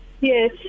Yes